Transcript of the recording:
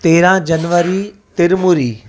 तेरहां जनवरी तिरमूरी